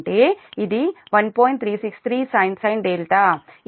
363 sin అంటే ఈ graph C 1